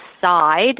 side